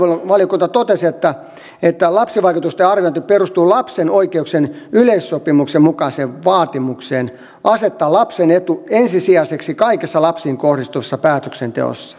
silloin lakivaliokunta totesi että lapsivaikutusten arviointi perustuu lapsen oikeuksien yleissopimuksen mukaiseen vaatimukseen asettaa lapsen etu ensisijaiseksi kaikessa lapsiin kohdistuvassa päätöksenteossa